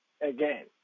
again